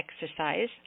exercise